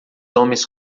homens